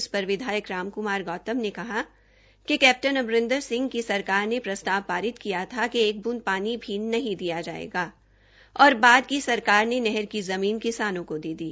इस पर विधायक रामक्मार गौतम ने कहा कि कैप्टन अमरिंदर सिह की सरकार ने प्रस्ताव पारित किया था कि एक बूटद पानी भी नहीं दिया जायेगा और बाद की सरकार ने नहर की ज़मीन किसानों को दे दी